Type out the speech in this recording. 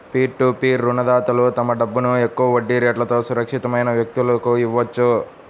peer to peer రుణదాతలు తమ డబ్బును తక్కువ వడ్డీ రేట్లతో సురక్షితమైన వ్యక్తులకు ఇవ్వొచ్చు